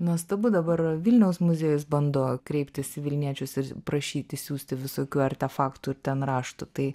nuostabu dabar vilniaus muziejus bando kreiptis į vilniečius ir prašyti siųsti visokių artefaktų ir ten raštų tai